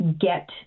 get